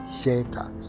Shelter